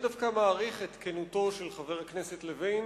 אני דווקא מעריך את כנותו של חבר הכנסת לוין,